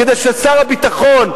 כדי ששר הביטחון,